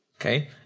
Okay